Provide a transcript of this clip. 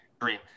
Dream